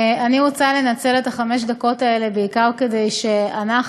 אני רוצה לנצל את חמש הדקות האלה בעיקר כדי שאנחנו,